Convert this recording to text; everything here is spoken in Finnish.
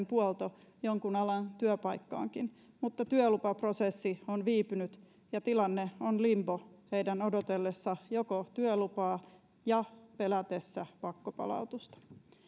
puolto jonkun alan työpaikkaankin mutta työlupaprosessi on viipynyt ja tilanne on limbo heidän odotellessaan joko työlupaa tai pelätessään pakkopalautusta